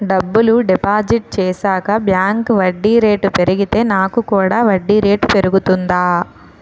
డబ్బులు డిపాజిట్ చేశాక బ్యాంక్ వడ్డీ రేటు పెరిగితే నాకు కూడా వడ్డీ రేటు పెరుగుతుందా?